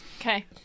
Okay